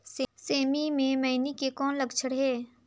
सेमी मे मईनी के कौन लक्षण हे?